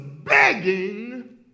begging